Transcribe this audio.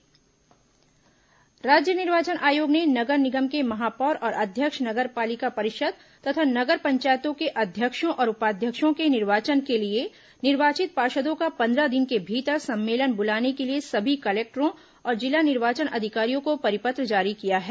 महापौर अध्यक्ष निर्वाचन राज्य निर्वाचन आयोग ने नगर निगम के महापौर और अध्यक्ष नगर पालिक परिषद तथा नगर पंचायतों के अध्यक्षों और उपाध्यक्षों के निर्वाचन के लिए निर्वाचित पार्षदों का पन्द्रह दिन के भीतर सम्मेलन बुलाने के लिए सभी कलेक्टरों और जिला निर्वाचन अधिकारियों को परिपत्र जारी किया है